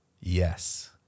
Yes